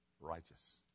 righteous